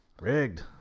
Rigged